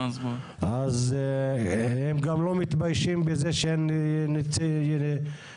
אז הם גם לא מתביישים בזה שאין ייצוג,